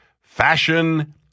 fashion